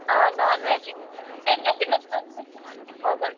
آ نان وٮ۪جی تیٚلہِ گَژھِ یہِ لگ بگ فِفٹی فِفٹی تھاوزَنٛٹ